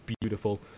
beautiful